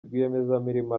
rwiyemezamirimo